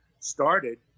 started